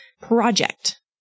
project